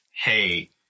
hey